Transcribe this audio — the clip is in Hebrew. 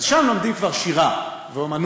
אז שם לומדים כבר שירה ואמנות.